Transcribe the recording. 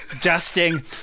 dusting